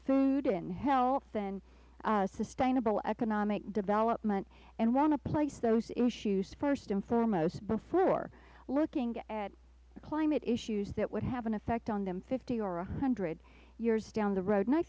food and health and sustainable economic development and want to place those issues first and foremost before looking at climate issues that would have an effect on them fifty or one hundred years down the road